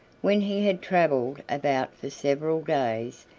when he had traveled about for several days,